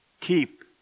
Keep